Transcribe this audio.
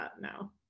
now